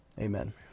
amen